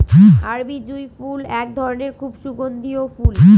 আরবি জুঁই ফুল এক ধরনের খুব সুগন্ধিও ফুল